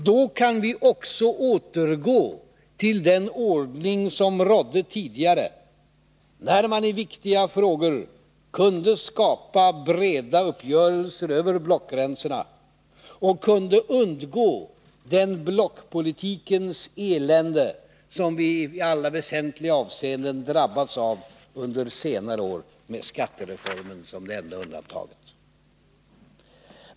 Då kan vi också återgå till den ordning som rådde tidigare, när man i viktiga frågor kunde skapa breda uppgörelser över blockgränserna och kunde undgå det blockpolitikens elände som vi i alla väsentliga avseenden drabbats av under senare år med skattereformen som det enda undantaget.